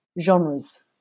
genres